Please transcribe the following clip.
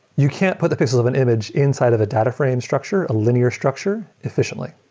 you can't put the pixel of an image inside of a data frame structure, a linear structure, efficiently.